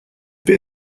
beer